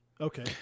Okay